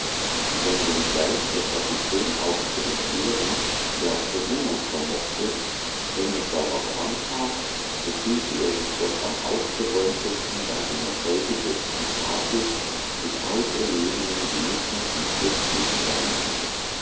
denn wenngleich der kapitän auch zu entbehren ja zu hungern vermochte wenn es darauf ankam so fühlte er sich doch am aufgeräumtesten bei einer vollbesetzten tafel mit auserlesenen genüssen und köstlichen weinen